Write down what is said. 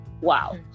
Wow